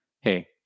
hey